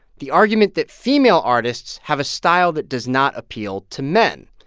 the argument that female artists have a style that does not appeal to men.